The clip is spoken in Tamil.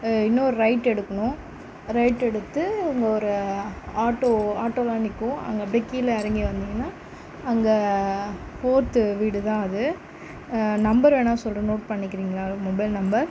இன்னும் ஒரு ரைட் எடுக்கணும் ரைட் எடுத்து அங்கே ஒரு ஆட்டோ ஆட்டோலாம் நிற்கும் அங்கே அப்படே கீழே இறங்கி வந்தீங்கன்னா அங்கே ஃபோர்த்து வீடு தான் அது நம்பர் வேணா சொல்கிறேன் நோட் பண்ணிக்கிறிங்களா மொபைல் நம்பர்